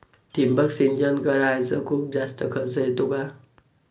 ठिबक सिंचन कराच खूप जास्त खर्च येतो का?